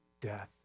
death